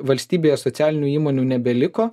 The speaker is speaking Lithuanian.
valstybėje socialinių įmonių nebeliko